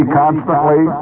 constantly